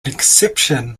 exception